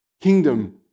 kingdom